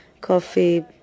coffee